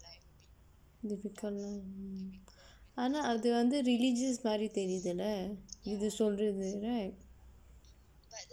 difficult ஆனால் அது வந்து:aanaal athu vandthu religious மாதிரி தெரியுதுல இது சொல்றது:maatiri theriyuthula ithu solrathu right